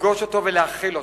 לפגוש אותו ולהכיל אותו.